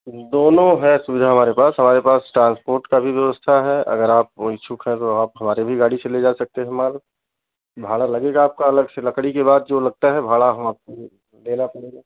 दोनों है सुविधा हमारे पास हमारे पास ट्रांसपोर्ट की भी व्यवस्था है अगर आप इच्छुक हैं तो आप हमारी भी गाड़ी से ले जा सकते हैं माल भाड़ा लगेगा आपका अलग से लकड़ी के बाद जो लगता है भाड़ा हम आपको देना पड़ेगा